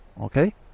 Okay